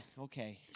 okay